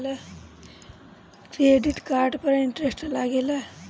Credit card पर interest लागेला?